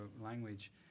language